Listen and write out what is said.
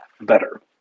better